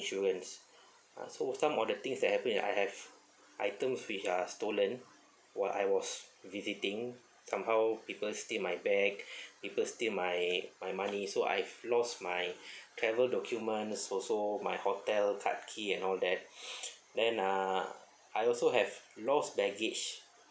insurance uh so some of the things that happen I have items which are stolen while I was visiting somehow people steal my bag people steal my my money so I've lost my travel documents also my hotel card key and all that then uh I also have lost baggage